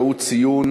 והוא: ציון